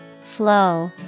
Flow